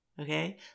Okay